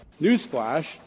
Newsflash